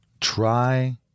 try